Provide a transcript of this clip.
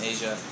Asia